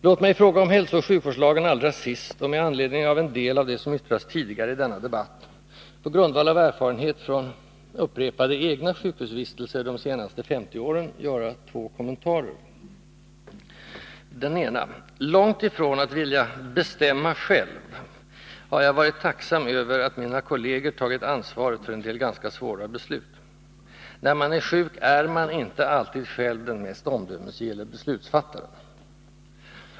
Låt mig i fråga om hälsooch sjukvårdslagen allra sist — och med anledning av en del av vad som yttrats tidigare i denna debatt — på grundval av erfarenhet från upprepade egna sjukhusvistelser de senaste 50 åren göra två kommentarer. För det första: Långt ifrån att vilja ”bestämma själv” har jag varit tacksam över att mina kolleger tagit ansvaret för en del ganska svåra beslut. När man är sjuk är man inte alltid själv den mest omdömesgilla beslutsfattaren.